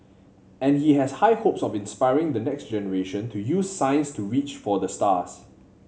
and he has high hopes of inspiring the next generation to use science to reach for the stars